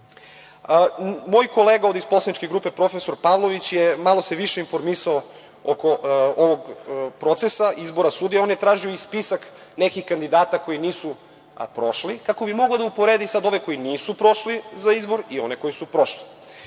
kolega ovde iz poslaničke grupe, profesor Pavlović, malo se više informisao oko ovog procesa izbora sudija, on je tražio i spisak nekih kandidata koji nisu prošli kako bi mogao da uporedi sad ove koji nisu prošli za izbor i one koji su prošli.